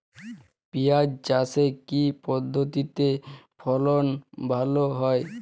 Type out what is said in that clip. পিঁয়াজ চাষে কি পদ্ধতিতে ফলন ভালো হয়?